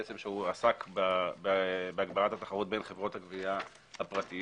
הסעיף עסק בהגברת התחרות בין חברות הגבייה הפרטיות.